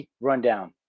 rundown